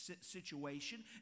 situation